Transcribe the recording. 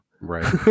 Right